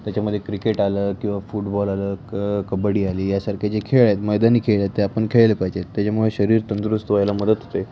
त्याच्यामध्ये क्रिकेट आलं किंवा फुटबॉल आलं क कबड्डी आली यासारखे जे खेळ आहेत मैदानी खेळ आहेत ते आपण खेळले पाहिजेत त्याच्यामुळे शरीर तंदुरुस्त व्हायला मदत होते